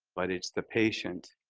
but it's the patient